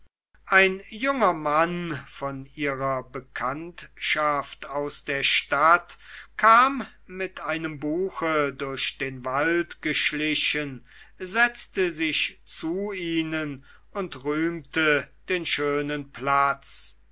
ein junger mann von ihrer bekanntschaft aus der stadt kam mit einem buche durch den wald geschlichen setzte sich zu ihnen und rühmte den schönen platz